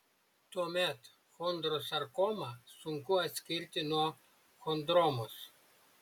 tuomet chondrosarkomą sunku atskirti nuo chondromos